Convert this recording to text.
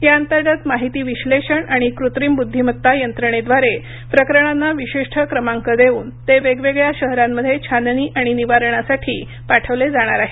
या अंतर्गत माहिती विश्लेषण आणि कृत्रिम बुद्धिमत्ता यंत्रणेद्वारे प्रकरणांना विशिष्ट क्रमांक देऊन ते वेगवेगळ्या शहरांमध्ये छाननी आणि निवारणासाठी पाठवले जाणार आहेत